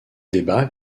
débat